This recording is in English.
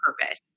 purpose